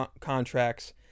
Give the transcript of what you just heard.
contracts